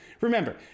Remember